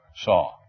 saw